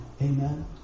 Amen